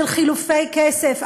של חילופי כסף,